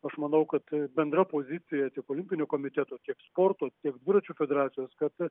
aš manau kad bendra pozicija tiek olimpinių komitetų tiek sporto tiek dviračių federacijos kad